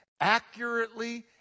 accurately